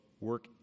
work